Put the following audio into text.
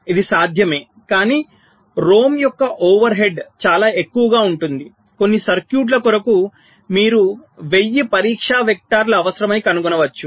ఇది సాధ్యమే కాని ROM యొక్క ఓవర్ హెడ్ చాలా ఎక్కువగా ఉంటుంది కొన్ని సర్క్యూట్ల కొరకు మీకు 1000 పరీక్ష వెక్టర్స్ అవసరమని కనుగొనవచ్చు